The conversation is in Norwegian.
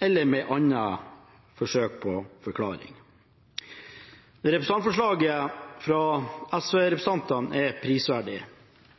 eller med andre forsøk på forklaring. Representantforslaget fra SV-representantene er prisverdig,